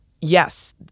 yes